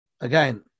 again